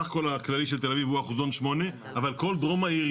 הסך הכול הכללי של תל אביב הוא אחוזון 8 אבל כל דרום העיר,